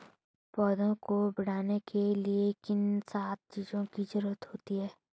पौधों को बढ़ने के लिए किन सात चीजों की जरूरत होती है?